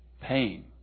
pain